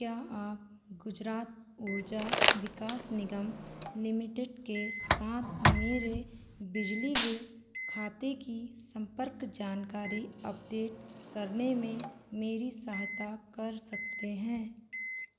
क्या आप गुजरात ऊर्जा विकास निगम लिमिटेड के साथ मेरे बिजली बिल खाते की सम्पर्क जानकारी अपडेट करने में मेरी सहायता कर सकते हैं